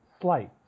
Slight